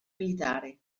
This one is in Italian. militare